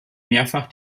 mehrfach